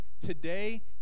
today